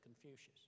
Confucius